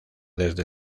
desde